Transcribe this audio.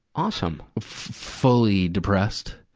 awesome! fully depressed.